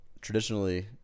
traditionally